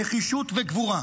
נחישות וגבורה.